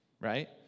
right